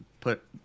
put